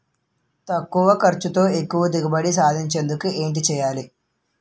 తక్కువ ఖర్చుతో ఎక్కువ దిగుబడి సాధించేందుకు ఏంటి చేయాలి?